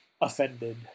offended